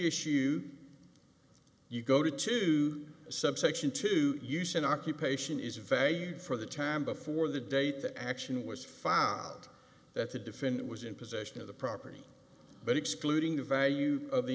issue you go to to subsection to use an occupation is valued for the time before the date the action was fogged that the defendant was in possession of the property but excluding the value of the